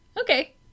Okay